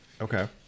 Okay